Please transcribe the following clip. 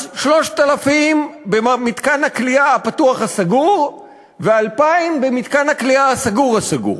אז 3,000 במתקן הכליאה הפתוח-הסגור ו-2,000 במתקן הכליאה הסגור-הסגור,